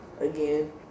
again